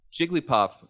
Jigglypuff